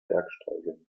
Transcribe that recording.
bergsteigen